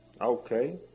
Okay